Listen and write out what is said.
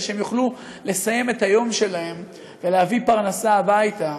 שהם יוכלו לסיים את היום שלהם ולהביא פרנסה הביתה,